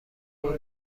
قول